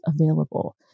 available